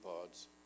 pods